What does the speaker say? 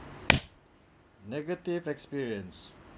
negative experience